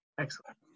Excellent